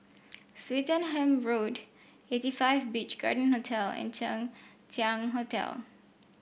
Swettenham Road Eighty Five Beach Garden Hotel and Chang Ziang Hotel